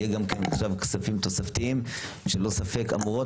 יהיו עכשיו כספים תוספתיים שללא ספק אמורים